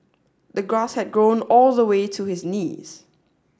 the grass had grown all the way to his knees